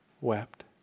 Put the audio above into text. wept